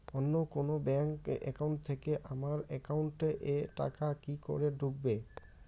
অন্য কোনো bank account থেকে আমার একাউন্ট এ টাকা কি করে ঢুকবে?